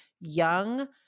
young